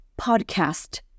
podcast